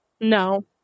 No